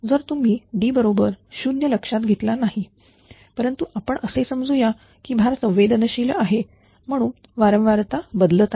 जर तुम्ही D बरोबर 0 लक्षात घेतला नाही परंतु आपण असे समजू या की भार संवेदनशील आहे म्हणून वारंवारता बदलत आहे